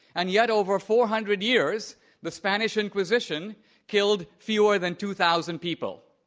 and yet over four hundred years the spanish inquisition killed fewer than two thousand people,